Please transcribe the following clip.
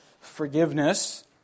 forgiveness